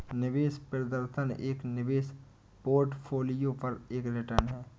निवेश प्रदर्शन एक निवेश पोर्टफोलियो पर एक रिटर्न है